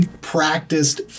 Practiced